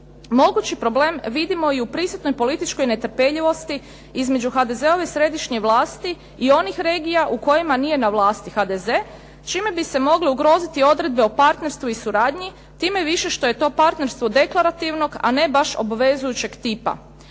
Mogući problem vidimo i u prisutnoj političkoj netrpeljivosti između HDZ-ove središnje vlasti i onih regija u kojima nije na vlasti HDZ, čime bi se mogle ugroziti odredbe o partnerstvu i suradnji, time više što je to partnerstvo deklarativnog, a ne baš obvezujućeg tipa.